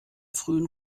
frühen